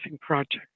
Project